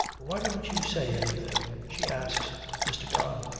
why don't you say anything she asks mr. don.